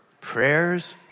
prayers